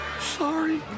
Sorry